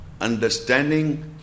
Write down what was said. understanding